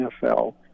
NFL